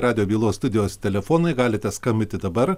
radijo bylos studijos telefonai galite skambinti dabar